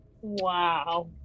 Wow